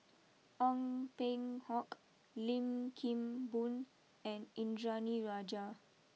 Ong Peng Hock Lim Kim Boon and Indranee Rajah